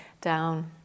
down